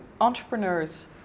entrepreneurs